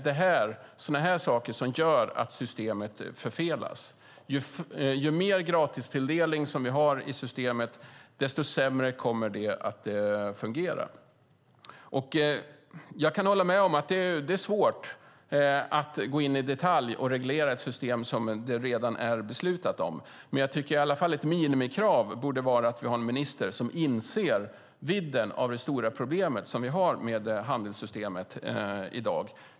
Det är precis sådana saker som gör att systemet förfelas. Ju mer gratistilldelning vi har i systemet, desto sämre kommer det att fungera. Jag kan hålla med om att det är svårt att gå in och i detalj reglera ett system som redan är beslutat, men jag tycker att ett minimikrav borde vara att vi har en minister som inser vidden av det stora problem som vi har med handelssystemet i dag.